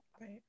right